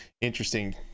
interesting